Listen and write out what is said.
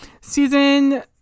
season